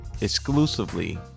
exclusively